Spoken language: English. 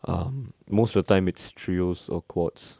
um most of the time it's trios or quads